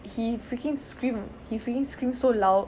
he freaking scream he freaking scream so loud